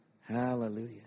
Hallelujah